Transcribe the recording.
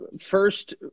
first